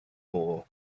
more